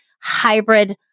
hybrid